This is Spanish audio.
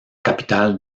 capital